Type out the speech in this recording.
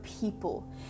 people